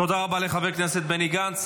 תודה רבה לחבר הכנסת בני גנץ.